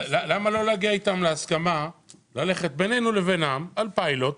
למה לא להגיע איתם להסכמה ללכת בינינו לבינם על פיילוט?